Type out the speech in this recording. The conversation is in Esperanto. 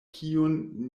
kion